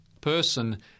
person